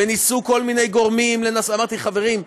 ניסו כל מיני גורמים, ואמרתי: חברים,